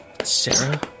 Sarah